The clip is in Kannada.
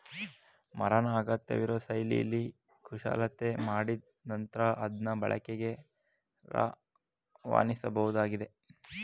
ಮರನ ಅಗತ್ಯವಿರೋ ಶೈಲಿಲಿ ಕುಶಲತೆ ಮಾಡಿದ್ ನಂತ್ರ ಅದ್ನ ಬಳಕೆಗೆ ರವಾನಿಸಬೋದಾಗಿದೆ